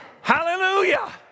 Hallelujah